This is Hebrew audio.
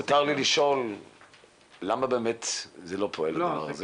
אם מותר לי לשאול למה באמת זה לא פועל הדבר הזה?